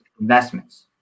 investments